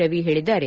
ರವಿ ಹೇಳಿದ್ದಾರೆ